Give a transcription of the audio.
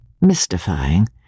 mystifying